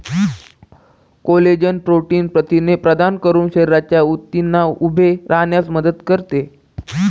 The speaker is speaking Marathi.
कोलेजन प्रोटीन प्रथिने प्रदान करून शरीराच्या ऊतींना उभे राहण्यास मदत करते